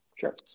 Sure